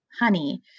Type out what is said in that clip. honey